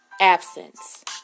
Absence